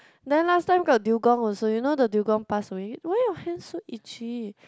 then last time got dugong also you know the dugong pass away why your hand so itchy